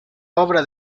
obra